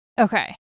Okay